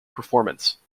performance